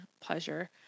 pleasure